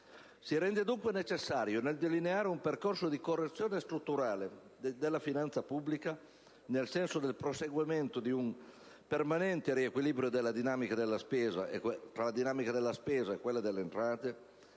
Si rende dunque necessario, nel delineare un percorso di correzione strutturale della finanza pubblica, nel senso del perseguimento di un permanente riequilibrio tra la dinamica della spesa e quella delle entrate,